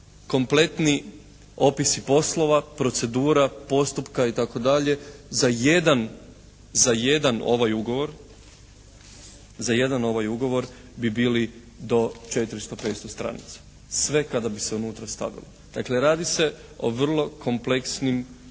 kompletni opisi poslova, procedura postupka itd. za jedan ovaj ugovor bi bili do 400, 500 stranica sve kada bi se unutra stavilo. Dakle radi se o vrlo kompleksnim i